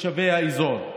לתושבי האזור.